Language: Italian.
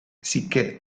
sicché